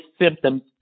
symptoms